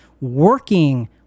working